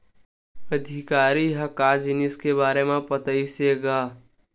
अधिकारी ह का जिनिस के बार म बतईस हे गा?